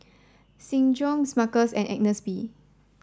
Seng Choon Smuckers and Agnes B